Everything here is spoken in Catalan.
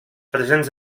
presents